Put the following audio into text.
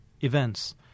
events